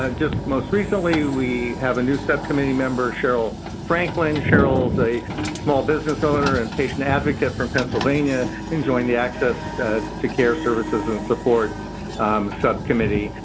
ah just most recently, we have a new subcommittee member, sherrill franklin. sherrill is a small business owner and patient advocate from pennsylvania, and joined the access to care services and support subcommittee.